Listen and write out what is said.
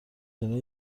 کنار